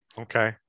okay